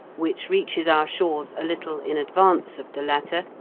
which reaches our shores a little in advance of the latter,